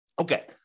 Okay